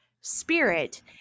spirit